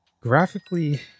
graphically